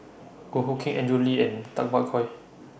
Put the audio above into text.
Goh Hood Keng Andrew Lee and Tay Bak Koi